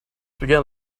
began